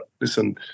listen